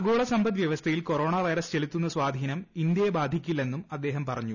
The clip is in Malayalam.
ആഗോള സമ്പദ് വ്യവസ്ഥയിൽ കൊറ്റോണ് വൈറസ് ചെലുത്തുന്ന സ്വാധീനം ഇന്ത്യയെ ബാധിക്കില്ലെന്നും അദ്ദേഹം പറഞ്ഞു